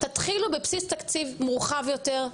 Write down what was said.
תתחילו בבסיס תקציב מורחב יותר,